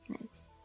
Nice